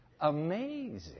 Amazing